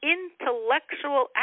intellectual